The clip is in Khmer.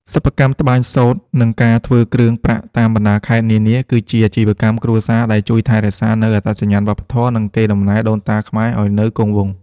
សិប្បកម្មត្បាញសូត្រ និងការធ្វើគ្រឿងប្រាក់តាមបណ្ដាខេត្តនានា គឺជាអាជីវកម្មគ្រួសារដែលជួយថែរក្សានូវអត្តសញ្ញាណវប្បធម៌ និងកេរដំណែលដូនតាខ្មែរឱ្យនៅគង់វង្ស។